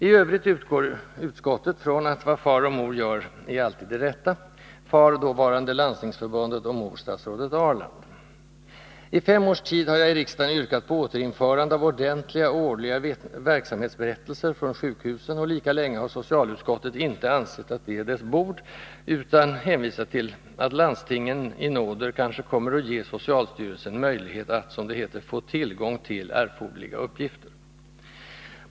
I övrigt utgår utskottet från att vad far och mor gör är alltid det rätta, far då varande Landstingsförbundet och mor statsrådet Ahrland. I fem års tid har jag i riksdagen yrkat på återinförande av ordentliga årliga verksamhetsberättelser från sjukhusen, och lika länge har socialutskottet inte ansett att det är dess bord utan hänvisat till att landstingen i nåder kanske kommer att ge socialstyrelsen möjlighet att ”få tillgång till” erforderliga uppgifter.